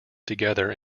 together